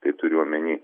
tai turiu omeny